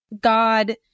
God